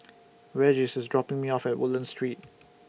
Regis IS dropping Me off At Woodlands Street